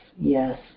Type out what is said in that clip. yes